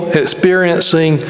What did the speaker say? experiencing